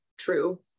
true